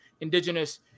indigenous